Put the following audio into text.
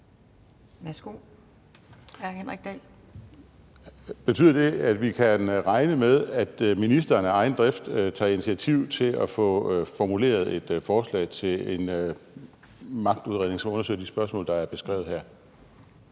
Kl. 11:54 Henrik Dahl (LA): Betyder det, at vi kan regne med, at ministeren af egen drift tager initiativ til at få formuleret et forslag til en magtudredning, der skal undersøge de spørgsmål, der er beskrevet her?